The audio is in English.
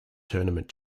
tournament